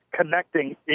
connecting